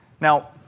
Now